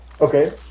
Okay